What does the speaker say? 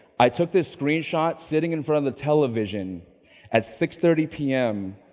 i took this screenshot sitting in front of the television at six thirty pm,